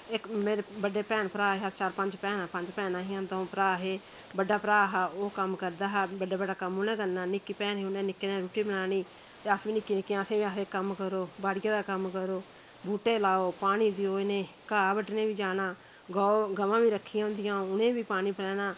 इक मेरे बड्डे भैन भ्राऽ हे अस चार पंज भैनां पंज भैनां हियां द'ऊं भ्राऽ हे बड्डा भ्राऽ हा ओह् कम्म करदा हा बड्डे बड्डा कम्म उ'नें करना निक्की भैन ही उ'नें निक्के ने रुट्टी बनानी ते अस बी निक्की निक्कियां असें बी आदे कम्म करो बाड़ियै दा कम्म करो बूह्टे लाओ पानी देओ इ'नेंगी घाह् बड्ढने बी जाना गौ गवां बी रक्खी होंदियां उ'नेंगी बी पानी प्लैना